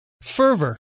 fervor